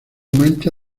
mancha